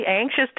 anxious